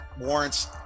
warrants